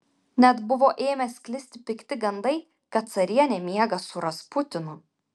net buvo ėmę sklisti pikti gandai kad carienė miega su rasputinu